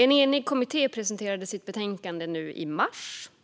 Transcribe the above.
En enig kommitté presenterade nu i mars sitt betänkande,